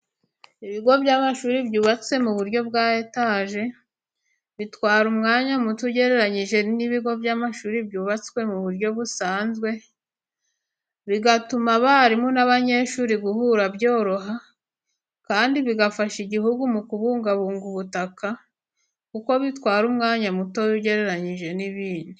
Ibigo by'amashuri byubatse mu buryo bwa etaje, bitwara umwanya muto ugereranyije n'ibigo by'amashuri byubatswe mu buryo busanzwe, bigatuma abarimu n'abanyeshuri guhura byoroha. Kandi bigafasha Igihugu mu kubungabunga ubutaka kuko bitwara umwanya muto ugereranyije n'ibindi.